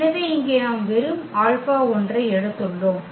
எனவே இங்கே நாம் வெறும் ஆல்பா 1 ஐ எடுத்துள்ளோம்